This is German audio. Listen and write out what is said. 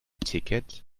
ticket